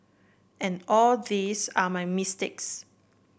and all these are my mistakes